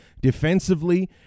defensively